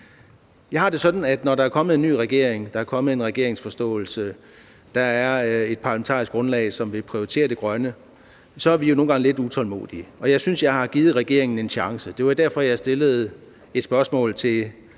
Jeg har det sådan, at når der er kommet en ny regering; der er kommet en regeringsforståelse; der er kommet et parlamentarisk grundlag, som vil prioritere det grønne, så er vi jo nogle gange lidt utålmodige. Og jeg synes, jeg har givet regeringen en chance. Det var derfor, jeg stillede et spørgsmål til